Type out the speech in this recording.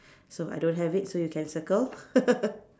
so I don't have it so you can circle